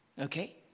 okay